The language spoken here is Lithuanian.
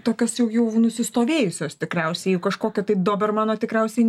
tokios jau jau nusistovėjusios tikriausiai kažkokio tai dobermano tikriausiai